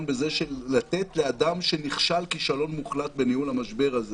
לתת לאדם שנכשל כישלון מוחלט בניהול המשבר הזה